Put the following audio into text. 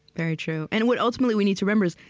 very true. and what, ultimately, we need to remember is,